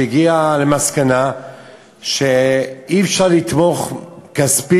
שהגיעה למסקנה שאי-אפשר לתמוך כספית